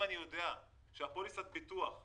אם אני יודע שפוליסת הביטוח,